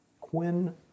Quinn